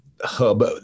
hub